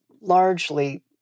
largely